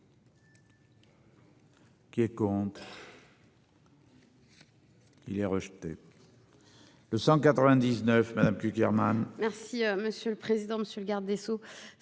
Qui est contre. Il est rejeté.